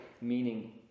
meaning